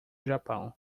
japão